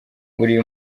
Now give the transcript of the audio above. uri